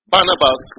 Barnabas